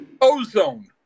ozone